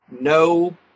no